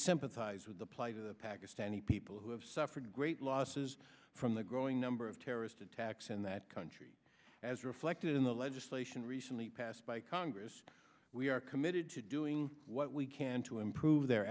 sympathize with the plight of the pakistani people who have suffered great losses from the growing number of terrorist attacks in that country as reflected in the legislation recently passed by congress we are committed to doing what we can to improve their